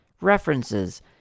References